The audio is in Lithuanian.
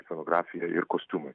scenografija ir kostiumai